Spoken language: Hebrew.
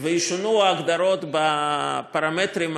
וישונו ההגדרות בפרמטרים,